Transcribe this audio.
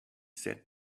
said